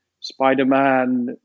Spider-Man